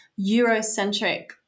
Eurocentric